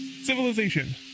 Civilization